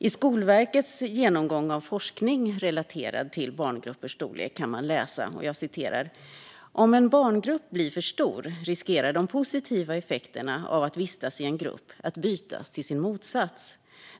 I Skolverkets genomgång av forskning relaterad till barngruppers storlek kan man läsa: Om en barngrupp blir för stor riskerar de positiva effekterna av att vistas i en grupp att bytas till sin motsats.